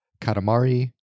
Katamari